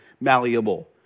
malleable